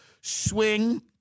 swing